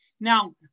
Now